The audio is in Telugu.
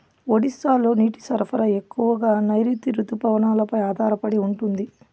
ఒడిశాలో నీటి సరఫరా ఎక్కువగా నైరుతి రుతుపవనాలపై ఆధారపడి ఉంటుంది